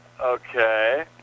Okay